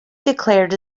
declared